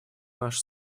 наш